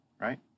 right